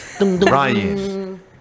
Ryan